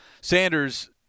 Sanders